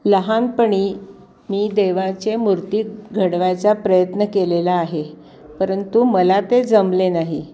लहानपणी मी देवाच्या मूर्ती घडवायचा प्रयत्न केलेला आहे परंतु मला ते जमले नाही